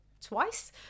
twice